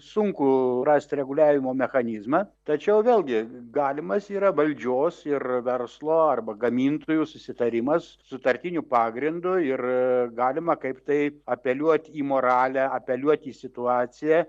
sunku rasti reguliavimo mechanizmą tačiau vėlgi galimas yra valdžios ir verslo arba gamintojų susitarimas sutartiniu pagrindu ir galima kaip tai apeliuot į moralę apeliuot į situaciją